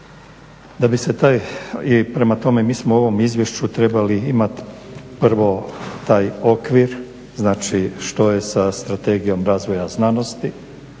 opisom stanja. Prema tome mi smo u ovom izvješću trebali imati prvo taj okvir znači što je sa strategijom razvoja znanosti.